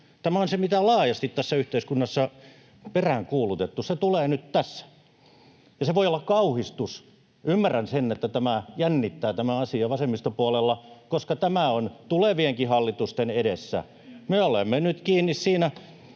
Tämä on se, mitä laajasti tässä yhteiskunnassa on peräänkuulutettu. Se tulee nyt tässä, ja se voi olla kauhistus. Ymmärrän sen, että tämä asia jännittää vasemmistopuolella, koska tämä on tulevienkin hallitusten edessä. Me olemme nyt kiinni siinä,